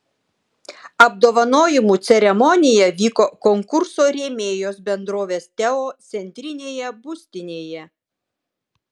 apdovanojimų ceremonija vyko konkurso rėmėjos bendrovės teo centrinėje būstinėje